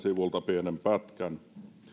sivulta pienen pätkän